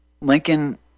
Lincoln